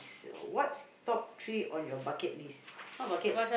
what's top three on your bucket list what bucket